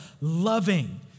loving